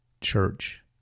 church